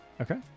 Okay